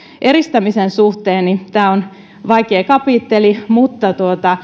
eristämisen suhteen tämä on vaikea kapitteli mutta